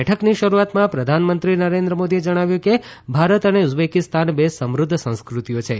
બેઠકની શરૂઆતમાં પ્રધાનમંત્રી નરેન્દ્ર મોદીએ જણાવ્યું કે ભારત અને ઉઝબેકીસ્તાન બે સમૃધ્ધ સંસ્ક્રતિઓ છે